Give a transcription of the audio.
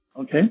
Okay